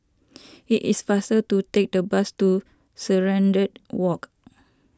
it is faster to take the bus to Serenade Walk